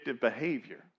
behavior